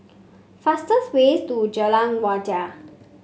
fastest way to Jalan Wajek